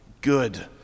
Good